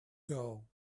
girl